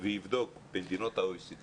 ויבדוק במדינות ה- OECD